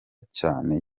cyane